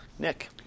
Nick